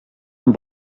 amb